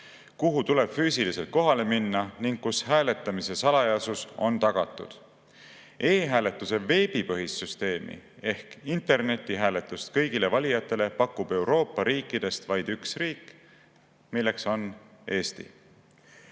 kuhu tuleb füüsiliselt kohale minna ning kus hääletamise salajasus on tagatud. E‑hääletuse veebipõhist süsteemi ehk internetihääletust kõigile valijatele pakub Euroopa riikidest vaid üks riik, Eesti. Eesti